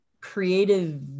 creative